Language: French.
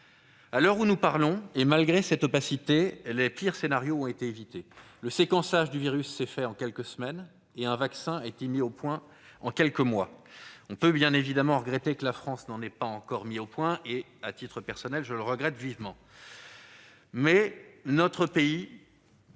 À l'heure où nous parlons et malgré cette opacité, les pires scénarios ont été évités. Le séquençage du virus s'est fait en quelques semaines et un vaccin a été trouvé en quelques mois. On peut, bien évidemment, regretter que la France n'en ait pas encore mis un au point- à titre personnel, je le déplore vivement -, mais le bilan